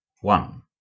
one